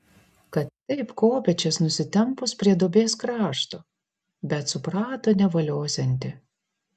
kad taip kopėčias nusitempus prie duobės krašto bet suprato nevaliosianti